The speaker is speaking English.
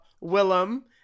Willem